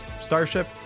Starship